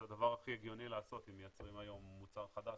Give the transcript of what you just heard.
זה הדבר הכי הגיוני לעשות כי מייצרים היום מוצר חדש,